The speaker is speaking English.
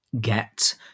get